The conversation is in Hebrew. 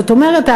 זאת אומרת,